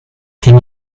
can